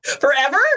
Forever